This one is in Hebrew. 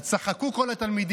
אז צחקו כל התלמידים.